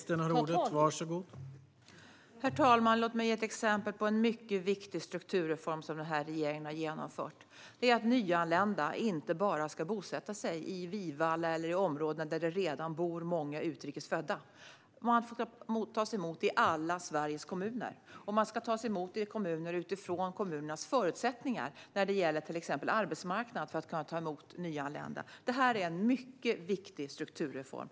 Herr talman! Låt mig ge ett exempel på en mycket viktig strukturreform som denna regering har genomfört. Det är att nyanlända inte bara ska bosätta sig i Vivalla eller i områden där det redan bor många utrikes födda. De ska tas emot i alla Sveriges kommuner, och de ska tas emot i kommuner utifrån kommunernas förutsättningar att ta emot nyanlända när det gäller till exempel arbetsmarknaden. Det är en mycket viktig strukturreform.